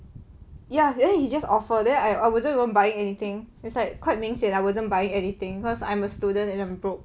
ya then he just offer then I wasn't even buying anything it's like quite 明显 I wasn't buying anything cause I'm a student and I'm broke